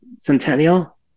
centennial